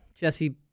Jesse